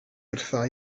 wrtha